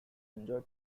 enjoy